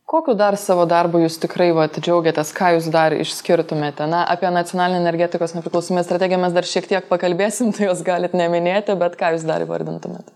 kokiu dar savo darbu jūs tikrai vat džiaugiatės ką jūs dar išskirtumėte na apie nacionalinę energetikos nepriklausomybės stradegiją mes dar šiek tiek pakalbėsim tai jos galit neminėti bet ką jūs dar įvardintumėt